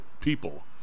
people